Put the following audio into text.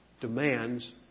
demands